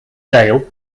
dale